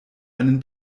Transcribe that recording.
einen